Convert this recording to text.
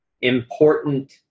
important